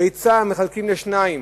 ביצה, מחלקים לשניים